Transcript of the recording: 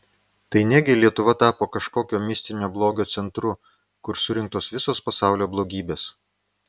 tai ne gi lietuva tapo kažkokio mistinio blogio centru kur surinktos visos pasaulio blogybės